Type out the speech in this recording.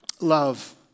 Love